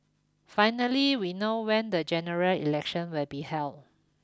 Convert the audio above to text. finally we know when the General Election will be held